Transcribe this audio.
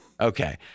Okay